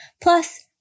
Plus